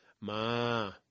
ma